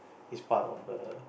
is part of a